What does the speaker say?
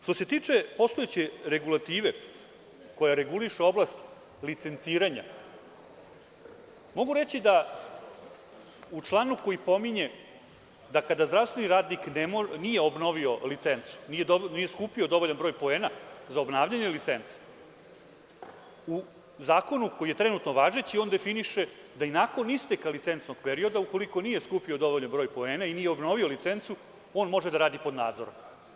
Što se tiče postojeće regulative koja reguliše oblast licenciranja, mogu reći da u članu koji pominje da kada zdravstveni radnik nije obnovio licencu, nije skupio dovoljan broj poena za obnavljanje licence, u zakonu koji je trenutno važeći, on definiše i da nakon isteka licencnog perioda ukoliko nije skupio dovoljan broj poena i nije obnovio licencu on može da radi pod nadzorom.